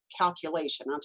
calculation